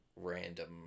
random